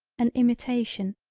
an imitation,